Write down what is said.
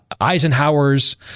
Eisenhower's